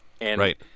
Right